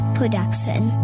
Production